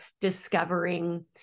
discovering